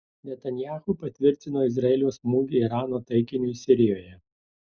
netanyahu patvirtino izraelio smūgį irano taikiniui sirijoje